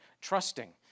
trusting